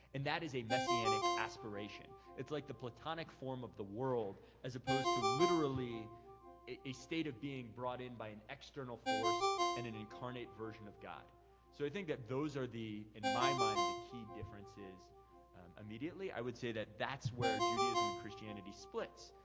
and that is a messianic aspiration. it's like the platonic form of the world as opposed to literally a state of being brought in by an external force and an incarnate version of god. so i think that those are, in my mind, the key differences immediately. i would say that that's where judaism and christianity splits.